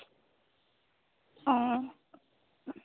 অঁ